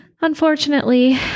Unfortunately